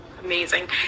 Amazing